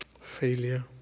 failure